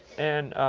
and,